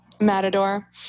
Matador